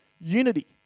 unity